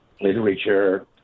literature